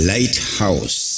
Lighthouse